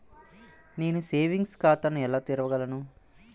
నేను సేవింగ్స్ ఖాతాను ఎలా తెరవగలను?